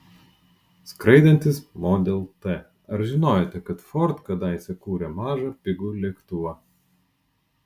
skraidantis model t ar žinojote kad ford kadaise kūrė mažą pigų lėktuvą